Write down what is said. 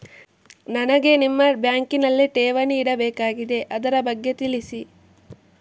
ನನಗೆ ನಿಮ್ಮ ಬ್ಯಾಂಕಿನಲ್ಲಿ ಠೇವಣಿ ಇಡಬೇಕಾಗಿದೆ, ಅದರ ಬಗ್ಗೆ ತಿಳಿಸಿ